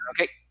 Okay